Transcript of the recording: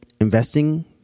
investing